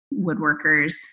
woodworkers